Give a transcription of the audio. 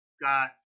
got